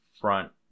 front